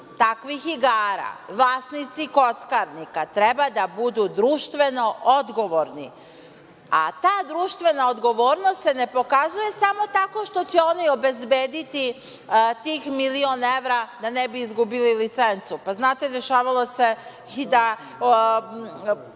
takvih igara, vlasnici kockarnica, treba da budu društveno odgovorni, a ta društvena odgovornost se ne pokazuje samo tako što će oni obezbediti tih milion evra da ne bi izgubili licencu. Znate, dešavalo se da